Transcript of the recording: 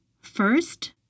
First